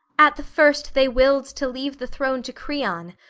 at the first they willed to leave the throne to creon,